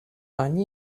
они